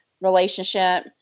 relationship